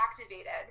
activated